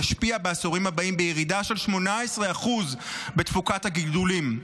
ישפיע בעשורים הבאים בירידה של 18% בתפוקת הגידולים.